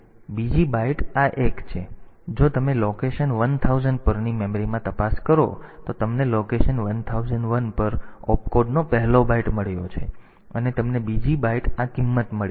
તેથી આગામી સૂચના જો તમે લોકેશન 1000 પરની મેમરીમાં તપાસ કરો તો તમને લોકેશન 1001 પર ઓપકોડનો પહેલો બાઈટ મળ્યો છે અને તમને બીજી બાઈટ આ કિંમત મળી છે